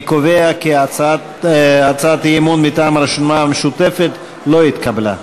אני קובע כי הצעת האי-אמון מטעם הרשימה המשותפת לא התקבלה.